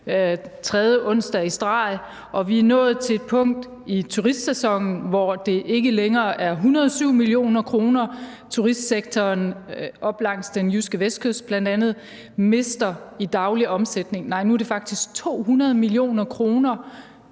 onsdag i streg, og vi er nået til et punkt i turistsæsonen, hvor det ikke længere er 107 mio. kr., turistsektoren op langs den jyske vestkyst bl.a. mister i daglig omsætning, nej, nu er det faktisk 200 mio. kr.,